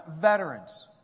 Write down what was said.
veterans